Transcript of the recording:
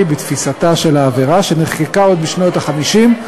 בתפיסתה של העבירה בחוק שנחקק עוד בשנות ה-50,